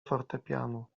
fortepianu